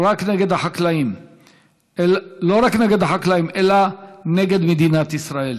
לא רק נגד החקלאים אלא נגד מדינת ישראל